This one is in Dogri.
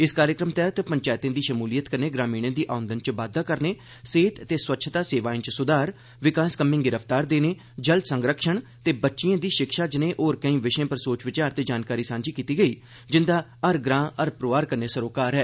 इस कार्यक्रम तैहत पंचैतें दी शमूलियत कन्नै ग्रामीणें दी औंदन च बाद्दा करने सेहत ते स्वच्छता सेवाएं च सुधार विकास कम्में गी रफ्तार देने जल संरक्षण ते बच्चिएं दी शिक्षा जनेए होर केई विषयें पर सोच विचार ते जानकारी सांझी कीती गेई जिंदा हर ग्रां हर परिवार कन्नै सरोकार ऐ